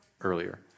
earlier